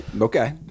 okay